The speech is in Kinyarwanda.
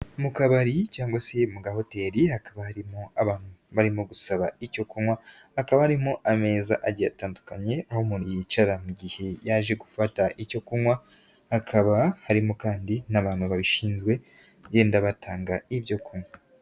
Mu kabari cyangwa se mu gahoteli hakaba harimo abantu barimo gusaba icyo kunywa, hakaba harimo ameza atandukanye, aho umuntu yicara mu gihe yaje gufata icyo kunywa, hakaba harimo kandi n'abantu babishinzwe, bagenda batanga ibyo kunywa.